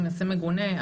מעשה מגונה,